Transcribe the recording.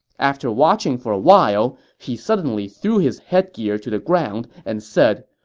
after watching for a while, he suddenly threw his headgear to the ground and said,